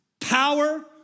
power